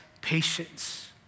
patience